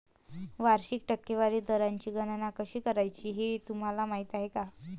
वार्षिक टक्केवारी दराची गणना कशी करायची हे तुम्हाला माहिती आहे का?